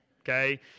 Okay